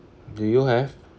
do you have